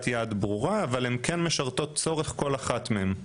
יעד ברורה אבל הן כן משרתות צורך כל אחת מהן.